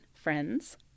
Friends